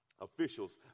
officials